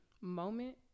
Moment